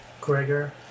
Gregor